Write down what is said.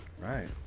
Right